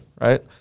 right